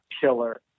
killer